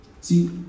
See